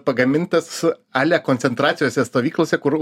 pagamintas ale koncentracijose stovyklose kur